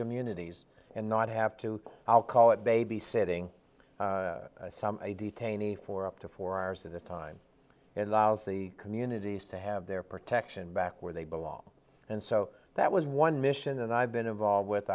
communities and not have to i'll call it babysitting some a detainee for up to four hours at a time and lousy communities to have their protection back where they belong and so that was one mission and i've been involved with